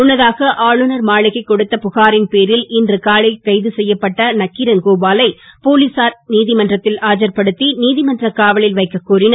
முன்னதாக ஆளுநர் மாளிகை கொடுத்த புகாரின் பேரில் இன்று காலை கைது செய்யப்பட்ட நக்கிரன் கோபாலை போலீசார் நீதிமன்றத்தில் ஆதர்படுத்தி நீதிமன்ற காவலில் வைக்க கோரினர்